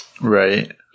Right